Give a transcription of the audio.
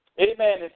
Amen